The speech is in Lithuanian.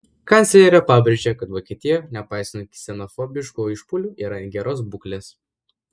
kanclerė pabrėžė kad vokietija nepaisant ksenofobiškų išpuolių yra geros būklės